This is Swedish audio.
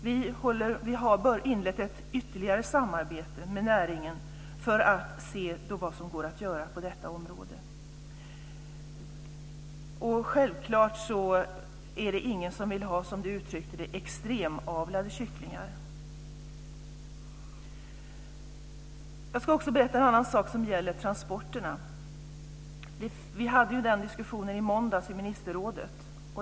Vi har inlett ett ytterligare samarbete med näringen för att se vad som går att göra på detta område. Självklart är det ingen som vill ha, som Matz Hammarström uttryckte det, extremavlade kycklingar. Jag ska också berätta en annan sak som gäller transporterna. Vi hade den diskussionen i måndags i ministerrådet.